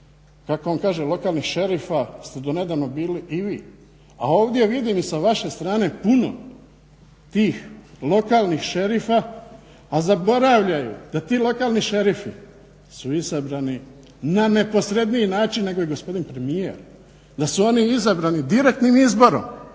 kako on kaže lokalnih šerifa ste donedavno bili i vi, a ovdje vidim i sa vaše strane puno tih lokalnih šerifa, a zaboravljaju da ti lokalni šerifi su izabrani na neposredniji način nego i gospodin premijer, da su oni izabrani direktnim izborom,